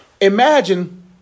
imagine